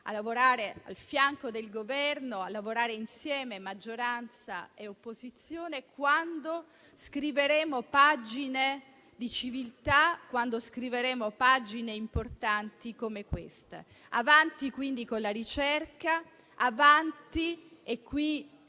a lavorare al fianco del Governo, a lavorare insieme, maggioranza e opposizione, quando scriveremo pagine di civiltà importanti come questa. Avanti quindi con la ricerca, avanti - e qui